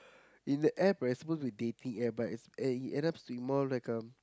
in the App right you supposed to dating app but it uh it ends up to be more like um